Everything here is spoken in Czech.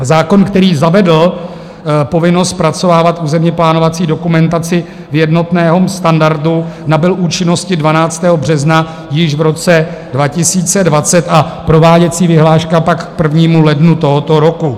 Zákon, který zavedl povinnost zpracovávat územněplánovací dokumentaci v jednotném standardu, nabyl účinnosti 12. března již v roce 2020 a prováděcí vyhláška pak k 1. lednu tohoto roku.